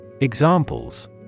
Examples